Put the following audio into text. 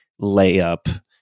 layup